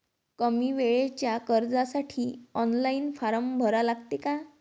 कमी वेळेच्या कर्जासाठी ऑनलाईन फारम भरा लागते का?